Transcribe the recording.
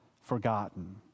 forgotten